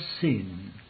sin